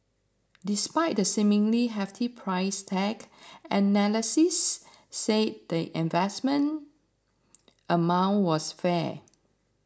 despite the seemingly hefty price tag analysts said the investment amount was fair